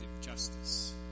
justice